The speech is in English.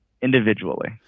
Individually